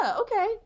Okay